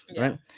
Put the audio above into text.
right